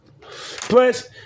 Plus